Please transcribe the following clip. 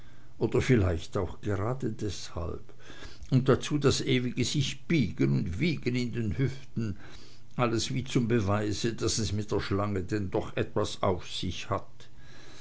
oder vielleicht auch grade deshalb und dazu das ewige sichbiegen und wiegen in den hüften alles wie zum beweise daß es mit der schlange denn doch etwas auf sich hat